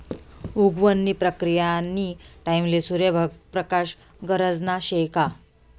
उगवण नी प्रक्रीयानी टाईमले सूर्य प्रकाश गरजना शे का